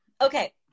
okay